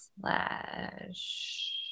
slash